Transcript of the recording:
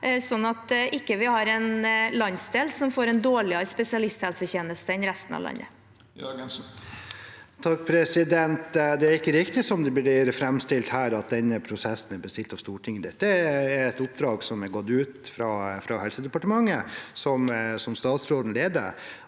sånn at vi ikke har en landsdel som får en dårligere spesialisthelsetjeneste enn resten av landet. Geir Jørgensen (R) Det er ikke riktig, som det blir framstilt her, at denne prosessen er bestilt av Stortinget. Dette er et oppdrag som er gått ut fra Helsedepartementet, som statsråden leder.